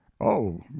Oh